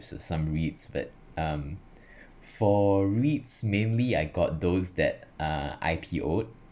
s~ some REITs but um for REITs mainly I got those that uh I_P_O(uh)